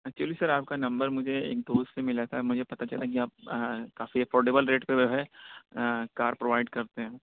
actually sir آپ کا نمبر مجھے ایک دوست سے ملا تھا مجھے پتہ چلا کہ آپ کافی افورڈیبل ریٹ پہ جو ہے کار پرووائڈ کرتے ہیں